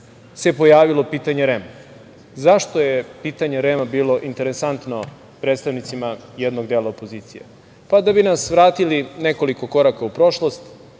se pojavilo pitanje REM-a. Zašto je pitanje REM-a bilo interesantno predstavnicima jednog dela opozicije? Da bi nas vratili nekoliko koraka u prošlost